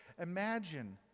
imagine